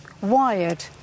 Wired